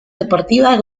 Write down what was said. deportivas